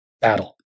battle